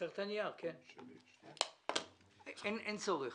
אין צורך.